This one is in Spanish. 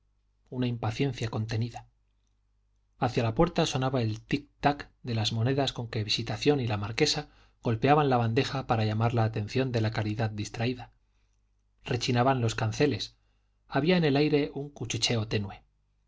una impaciencia contenida hacia la puerta sonaba el tic tac de las monedas con que visitación y la marquesa golpeaban la bandeja para llamar la atención de la caridad distraída rechinaban los canceles había en el aire un cuchicheo tenue